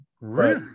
Right